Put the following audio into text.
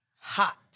Hot